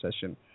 session